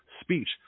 speech